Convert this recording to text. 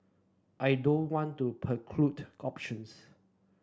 I don't want to preclude options